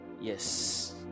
Yes